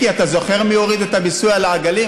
מיקי, אתה זוכר מי הוריד את המיסוי על העגלים?